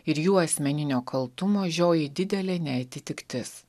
ir jų asmeninio kaltumo žioji didelė neatitiktis